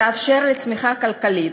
תאפשר צמיחה כלכלית,